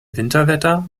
winterwetter